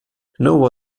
know